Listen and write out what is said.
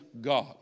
God